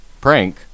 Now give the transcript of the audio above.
prank